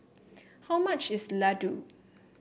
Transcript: how much is Ladoo